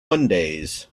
mondays